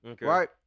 right